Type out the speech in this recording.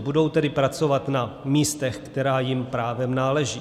Budou tedy pracovat na místech, která jim právem náleží.